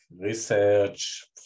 research